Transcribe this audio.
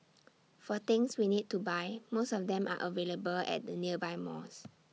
for things we need to buy most of them are available at the nearby malls